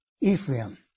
Ephraim